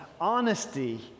honesty